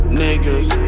niggas